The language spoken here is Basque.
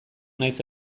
naiz